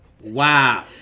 Wow